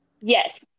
Yes